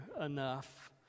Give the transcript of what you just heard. enough